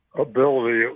ability